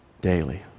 daily